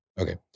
Okay